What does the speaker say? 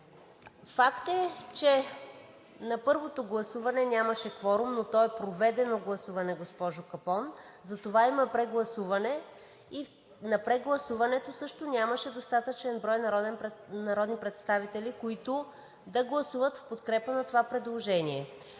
Факт е, че на първото гласуване нямаше кворум, но то е проведено гласуване, госпожо Капон. Затова има прегласуване и на прегласуването също нямаше достатъчен брой народни представители, които да гласуват в подкрепа на това предложение.